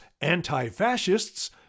anti-fascists